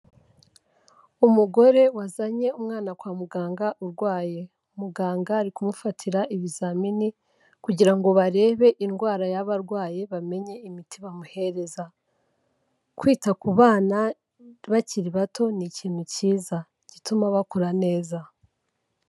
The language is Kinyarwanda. Umugore wazanye umwana kwa muganga urwaye, muganga ari kumufatira ibizamini kugira ngo barebe indwara y'aba arwayi bamenye imiti bamuhereza, kwita ku bana bakiri bato ni ikintu cyiza gituma bakura neza.